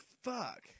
fuck